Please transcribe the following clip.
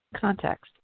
context